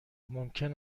ممکن